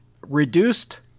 reduced